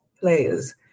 players